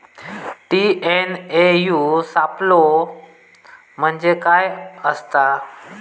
TNAU सापलो म्हणजे काय असतां?